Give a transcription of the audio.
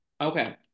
Okay